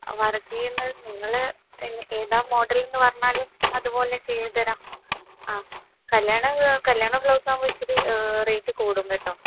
work ചെയ്യുന്നത് നിങ്ങൾ ഏതാ മോഡല് എന്ന് പറഞ്ഞാൽ അതുപോലെ ചെയ്തുതരാം ആ കല്യാണ കല്യാണ ബ്ലൗസ് ആകുമ്പോൾ ഇച്ചിരി റേറ്റ് കൂടും കേട്ടോ